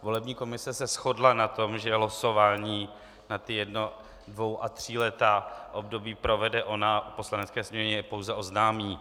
Volební komise se shodla na tom, že losování na jedno, dvou a tříletá období provede ona a Poslanecké sněmovně je pouze oznámí.